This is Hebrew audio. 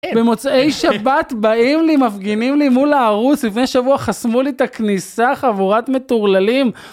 במוצאי שבת באים לי, מפגינים לי מול הערוץ. לפני שבוע חסמו לי את הכניסה חבורת מטורללים.